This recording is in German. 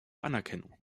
anerkennung